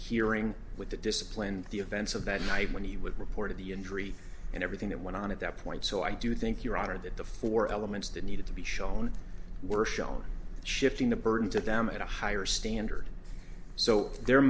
hearing with the discipline the events of that night when he was reported the injury and everything that went on at that point so i do think your honor that the four elements that needed to be shown were shown shifting the burden to them at a higher standard so their